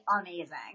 amazing